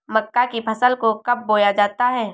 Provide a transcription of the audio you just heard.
मक्का की फसल को कब बोया जाता है?